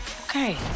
Okay